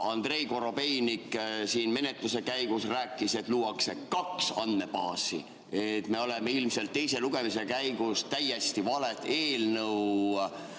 Andrei Korobeinik siin menetluse käigus rääkis, et luuakse kaks andmebaasi. Me oleme ilmselt teise lugemise käigus täiesti valet eelnõu